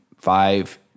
five